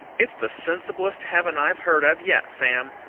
it's the sensiblest heaven i've heard of yet, sam,